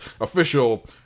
Official